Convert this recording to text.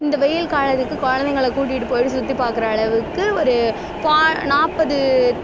இந்த வெயில் காலத்துக்கு குழந்தைங்கள கூட்டிட்டு போயிட்டு சுற்றி பார்க்கற அளவுக்கு ஒரு பா நாற்பது